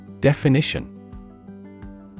Definition